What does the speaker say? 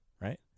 right